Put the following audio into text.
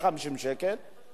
אתם בטוחים שזה 17 דקות?